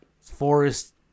forest